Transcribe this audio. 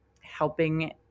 helping